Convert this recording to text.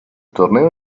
torneo